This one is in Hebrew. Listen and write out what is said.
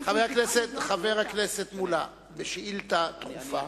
חבר הכנסת מולה, בשאילתא דחופה